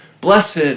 blessed